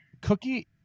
cookie